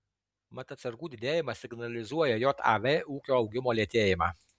mat atsargų didėjimas signalizuoja jav ūkio augimo lėtėjimą